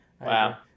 Wow